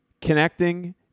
connecting